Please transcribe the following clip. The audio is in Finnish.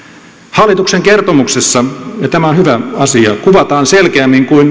hallituksen kertomuksessa ja tämä on hyvä asia kuvataan selkeämmin kuin